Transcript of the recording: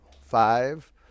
Five